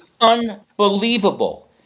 unbelievable